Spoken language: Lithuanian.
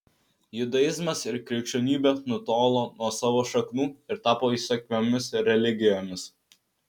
judaizmas ir krikščionybė nutolo nuo savo šaknų ir tapo įsakmiomis religijomis